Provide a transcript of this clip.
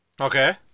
Okay